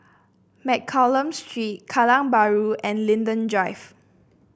Mccallum Street Kallang Bahru and Linden Drive